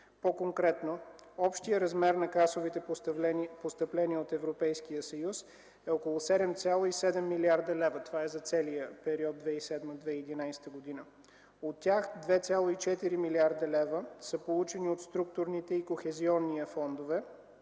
По-конкретно. Общият размер на касовите постъпления от Европейския съюз е около 7,7 млрд. лв. Това е за целия период – 2007-2011 г. От тях 2,4 млрд. лв. са получени от структурните и Кохезионния фондове,